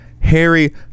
Harry